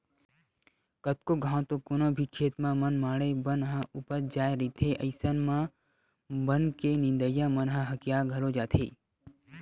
कतको घांव तो कोनो भी खेत म मनमाड़े बन ह उपज जाय रहिथे अइसन म बन के नींदइया मन ह हकिया घलो जाथे